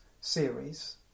series